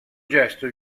gesto